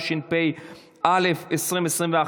התשפ"א 2021,